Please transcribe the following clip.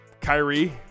Kyrie